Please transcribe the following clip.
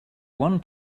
one